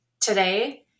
today